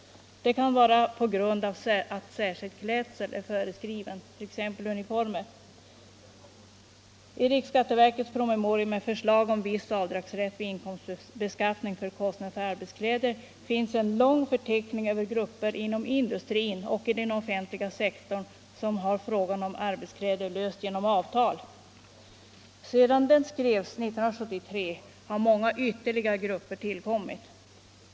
Det kan vara förmåner som beror på att särskild klädsel är föreskriven, t.ex. uniformer. I riksskatteverkets promemoria Nr 88 med förslag om viss avdragsrätt vid inkomstbeskattningen för kostnader Torsdagen den för arbetskläder finns en lång förteckning över grupper inom industrin 22 maj 1975 och den offentliga sektorn som har frågan om arbetskläder löst genom avtal. Viss avdragsrätt för Sedan den skrevs 1973 har ytterligare grupper tillkommit.